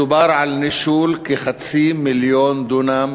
מדובר על נישול של כחצי מיליון דונם